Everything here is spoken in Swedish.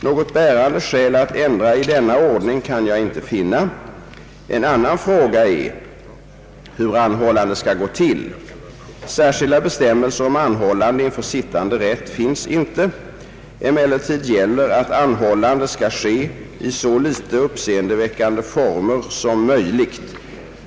Något bärande skäl att ändra i denna ordning kan jag inte finna. En annan fråga är hur anhållande skall gå till. Särskilda bestämmelser om anhållande inför sittande rätt finns inte. Emellertid gäller att anhållande skall ske i så litet uppseendeväckande former som möjligt.